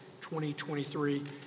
2023